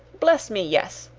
bless me, yes.